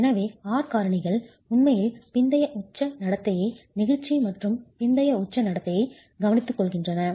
எனவே R காரணிகள் உண்மையில் பிந்தைய உச்ச நடத்தையை நெகிழ்ச்சி மற்றும் பிந்தைய உச்ச நடத்தையை கவனித்துக் கொள்கின்றன